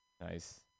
Nice